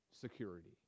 security